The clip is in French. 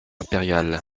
impérial